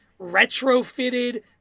retrofitted